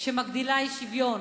שמגדילה אי-שוויון,